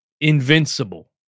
invincible